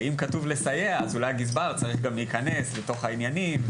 אם כתוב" לסייע" אולי הגזבר צריך להיכנס גם הוא לתוך העניינים,